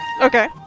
Okay